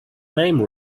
name